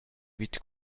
vid